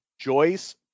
Joyce